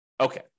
Okay